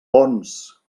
bons